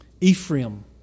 Ephraim